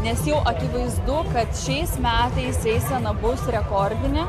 nes jau akivaizdu kad šiais metais eisena bus rekordinė